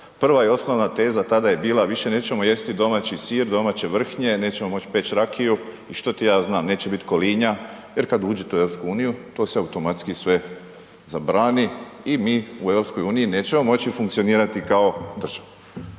Prva i osnovna teza tada je bila više nećemo jesti domaći sir, domaće vrhnje, nećemo moći peći rakiju i što ti ja znam, neće biti kolinja, jer kad uđete u EU to se automatski sve zabrani i mi u EU nećemo moći funkcionirati kao država.